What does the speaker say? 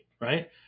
right